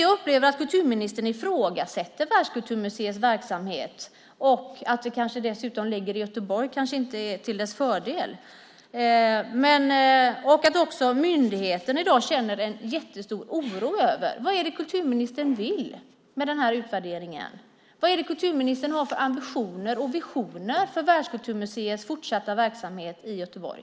Jag upplever att kulturministern ifrågasätter Världskulturmuseets verksamhet. Att det dessutom ligger i Göteborg kanske inte är till dess fördel. Också myndigheten känner i dag en jättestor oro. Vad är det kulturministern vill med denna utvärdering? Vilka ambitioner och visioner har kulturministern för Världskulturmuseets fortsatta verksamhet i Göteborg?